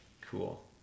Cool